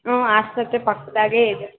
ಹ್ಞೂ ಆಸ್ಪತ್ರೆ ಪಕ್ಕದಾಗೆ ಇದೆ